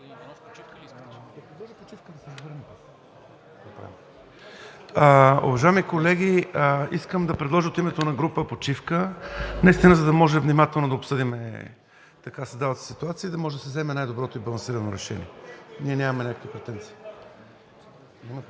Уважаеми колеги, искам да предложа от името на група почивка, за да може внимателно да обсъдим създалата се ситуация и да може да се вземе най-доброто и балансирано решение. Ние нямаме някакви претенции.